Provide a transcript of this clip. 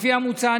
לפי המוצע,